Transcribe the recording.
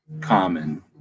common